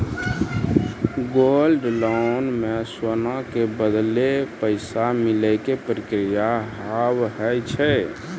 Gold loan मे सोना के बदले पैसा मिले के प्रक्रिया हाव है की?